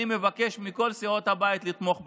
אני מבקש מכל סיעות הבית לתמוך בחוק.